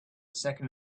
second